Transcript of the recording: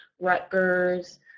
Rutgers